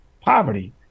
poverty